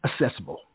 accessible